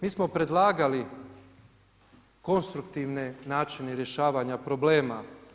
Mi smo predlagali konstruktivne načine rješavanja problema.